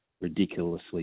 ridiculously